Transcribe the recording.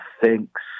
thinks